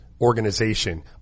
organization